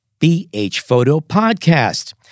BHPhotoPodcast